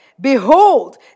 Behold